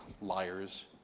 liars